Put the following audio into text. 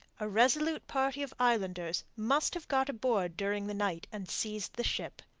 a resolute party of islanders must have got aboard during the night, and seized the ship.